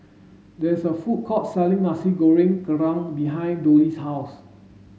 there is a food court selling Nasi Goreng Kerang behind Dollie's house